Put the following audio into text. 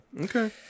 okay